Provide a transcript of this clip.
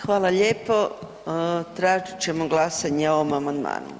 Hvala lijepo, tražit ćemo glasanje o ovom amandmanu.